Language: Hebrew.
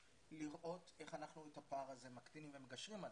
קודם כל לראות איך אנחנו מקטינים את הפער הזה ומגשרים עליו,